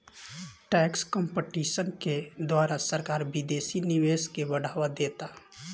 tax competition के द्वारा सरकार विदेशी निवेश के बढ़ावा देता